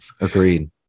Agreed